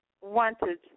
wanted